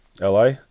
LA